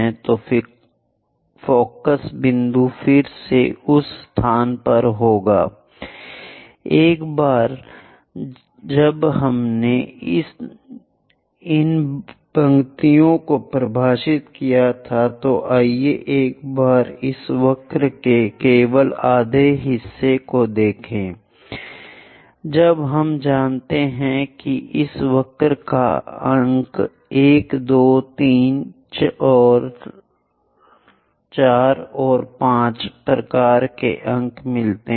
तो फोकस बिंदु फिर से उस स्थान पर होगा एक बार जब हमने इन पंक्तियों को परिभाषित किया था तो आइए एक बार इस वक्र के केवल आधे हिस्से को देखें जब हम जानते हैं कि इस वक्र पर अंक 1 2 3 और 4 और 5 प्रकार के अंक मिलते हैं